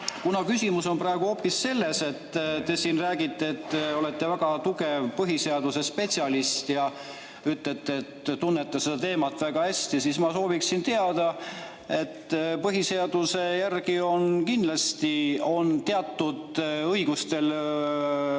mu küsimus on praegu hoopis selle kohta, et te siin räägite, et olete väga tugev põhiseaduse spetsialist, ja ütlete, et tunnete seda teemat väga hästi. Ma sooviksin teada, et põhiseaduse järgi kindlasti teatud [juhtudel]